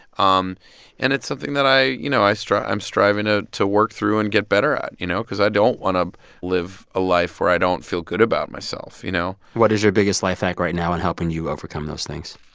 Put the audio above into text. um and it's something that i you know, i'm striving ah to work through and get better at, you know, because i don't want to live a life where i don't feel good about myself, you know? what is your biggest life hack right now in helping you overcome those things?